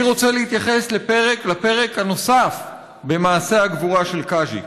אני רוצה להתייחס לפרק הנוסף במעשה הגבורה של קאז'יק.